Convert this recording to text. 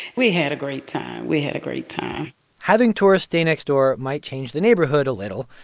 we had a great time. we had a great time having tourists stay next door might change the neighborhood a little,